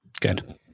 Good